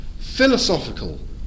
philosophical